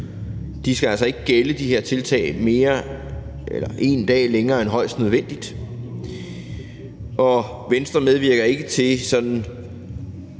skal altså ikke gælde en dag længere end højst nødvendigt, og Venstre medvirker ikke til sådan